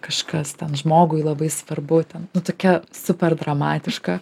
kažkas ten žmogui labai svarbu ten nu tokia super dramatiška